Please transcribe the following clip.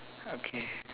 okay